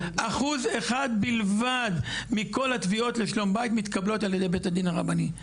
1% בלבד מכל התביעות לשלום בית מתקבלות על ידי בית הדין הרבני,